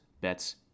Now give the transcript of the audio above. bets